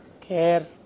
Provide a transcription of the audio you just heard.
care